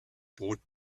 brot